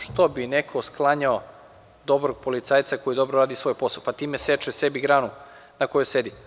Što bi neko sklanjao dobrog policajca koji dobro radi svoj posao, pa time seče sebi granu na kojoj sedi.